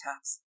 tops